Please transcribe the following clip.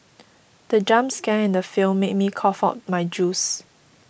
the jump scare in the film made me cough out my juice